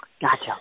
Gotcha